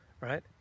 right